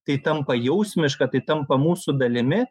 tai tampa jausmiška tai tampa mūsų dalimi